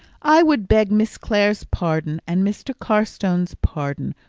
i would beg miss clare's pardon and mr. carstone's pardon,